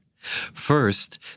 First